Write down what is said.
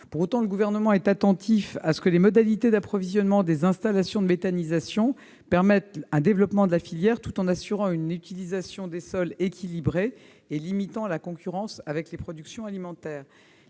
Pour autant, le Gouvernement est attentif à ce que les modalités d'approvisionnement des installations de méthanisation permettent un développement de la filière, tout en assurant une utilisation des sols équilibrée et limitant la concurrence avec les productions alimentaires.